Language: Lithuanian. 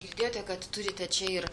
girdėjote kad turite čia ir